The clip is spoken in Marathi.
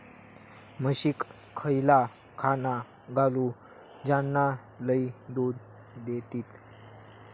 म्हशीक खयला खाणा घालू ज्याना लय दूध देतीत?